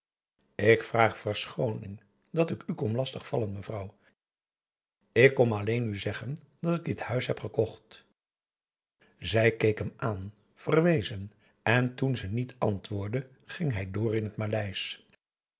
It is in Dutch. ik vraag verschooning dat ik u kom lastig vallen mevrouw ik kom alleen u zeggen dat ik dit huis heb gekocht zij keek hem aan verwezen en toen ze niet antwoordde ging hij door in t maleisch